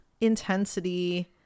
intensity